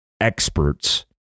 experts